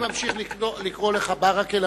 אני ממשיך לקרוא לך ברכה,